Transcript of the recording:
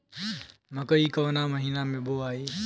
मकई कवना महीना मे बोआइ?